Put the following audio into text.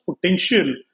potential